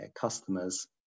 customers